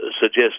suggest